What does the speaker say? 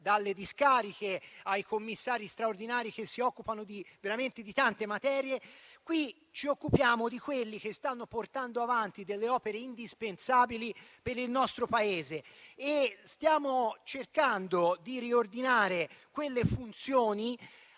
delle discariche ai commissari straordinari che si occupano di tante materie. In questo caso ci occupiamo di quelli che stanno portando avanti delle opere indispensabili per il nostro Paese. Stiamo cercando di riordinare funzioni